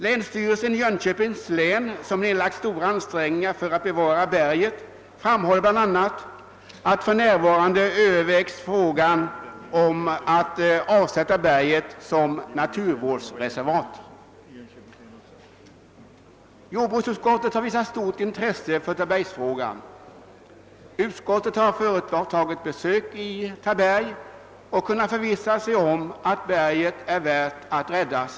Länsstyrelsen i Jönköpings län, som nedlagt stora ansträngningar på att söka bevara berget, framhåller bl.a. att man för närvarande överväger frågan om att avsätta det som naturvårdsreservat. Jordbruksutskottet har visat stort intresse för Tabergsfrågan. Det har företagit besök vid Taberg och kunnat förvissa sig om att berget är värt att räddas.